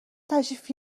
تشریف